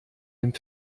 dem